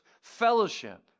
fellowship